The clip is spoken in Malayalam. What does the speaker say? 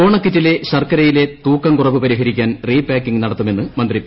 ഓണക്കിറ്റിലെ ശർക്കരയിലെ തൂക്കകൂറവ് പരിഹരിക്കാൻ റീപാക്കിംഗ് നടത്തുമെന്ന് മന്ത്രി പി